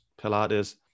Pilates